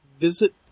visit